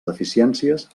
deficiències